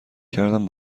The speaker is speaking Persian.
کردم